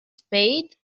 spade